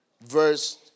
verse